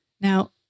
Now